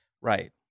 Right